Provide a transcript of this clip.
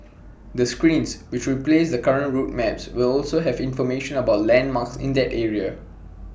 the screens which replace the current route maps will also have information about landmarks in that area